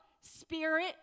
spirit